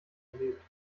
erlebt